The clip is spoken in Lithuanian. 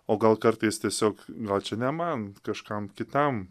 o gal kartais tiesiog gal čia ne man kažkam kitam